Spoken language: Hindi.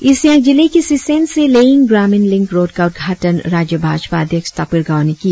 ईस्ट सियांग जिले के सिस्सेन से लेयिंग ग्रामीण लिंक रोड का उद्घाटन कल राज्य भाजपा अध्यक्ष तापिर गांव ने किया